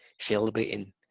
celebrating